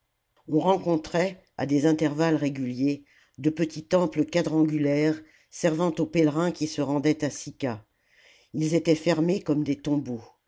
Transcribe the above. on rencontrait à des intervalles réguliers de petits temples quadrangulaires servant aux pèlerins qui se rendaient à sicca ils étaient fermés comme des